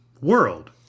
world